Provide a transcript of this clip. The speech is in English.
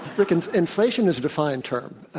look, and inflation is a defined term.